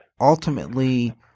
ultimately